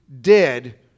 dead